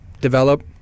develop